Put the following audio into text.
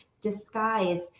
disguised